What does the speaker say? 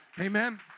Amen